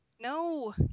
No